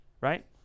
right